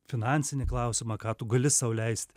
finansinį klausimą ką tu gali sau leist